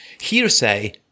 hearsay